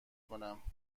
کنم